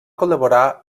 col·laborar